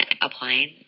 applying